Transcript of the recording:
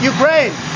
Ukraine